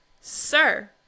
sir